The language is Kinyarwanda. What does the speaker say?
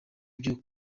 byo